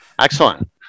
Excellent